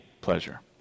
pleasure